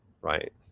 right